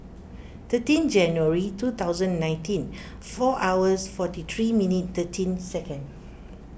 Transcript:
thirteen January two thousand nineteen four hours forty three minute thirteen second